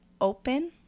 open